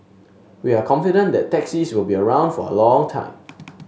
we are confident that taxis will be around for a long time